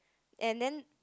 and then